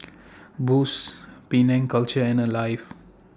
Boost Penang Culture and Alive